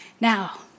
Now